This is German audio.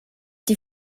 die